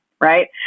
Right